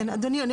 אדוני,